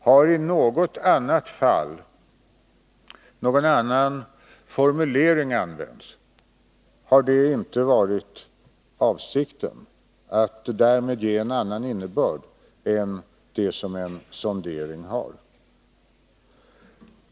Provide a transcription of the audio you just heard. Har i något annat fall någon annan formulering använts, har det inte varit avsikten att därmed ge en annan innebörd än den som en sondering har.